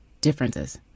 differences